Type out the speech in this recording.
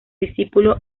discípulo